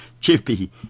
Chippy